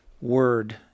word